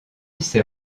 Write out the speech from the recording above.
ces